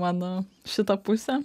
mano šitą pusę